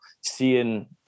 seeing